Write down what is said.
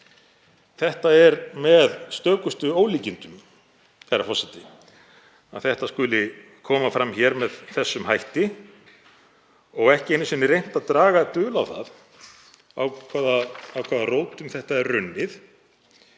Það er með stökustu ólíkindum, herra forseti, að málið skuli koma fram með þessum hætti og ekki einu sinni reynt að draga dul á það af hvaða rótum það er runnið.